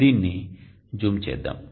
దీనిని జూమ్ చేద్దాం